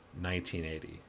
1980